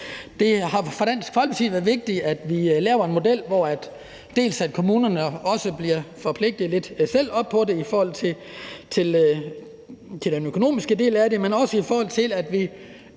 Det har for Dansk Folkeparti været vigtigt, at vi laver en model, hvor kommunerne også bliver forpligtet i forhold til den økonomiske del af det, men også, hvor vi